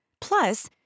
Plus